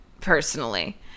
personally